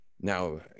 now